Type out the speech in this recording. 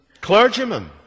clergymen